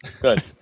Good